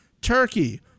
Turkey